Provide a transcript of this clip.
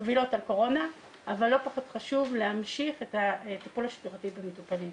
קבילות על קורונה אבל לא פחות חשוב להמשיך את הטיפול השגרתי במטופלים.